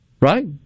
Right